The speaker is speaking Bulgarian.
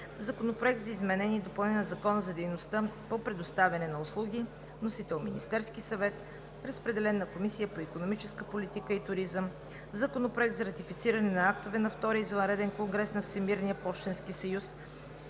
Законопроект за изменение и допълнение на Закона за дейността по предоставяне на услуги. Вносител е Министерският съвет. Разпределен е на Комисията по икономическата политика и туризъм. Законопроект за ратифициране на актове на Втория извънреден конгрес на Всемирния пощенски съюз.